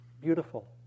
beautiful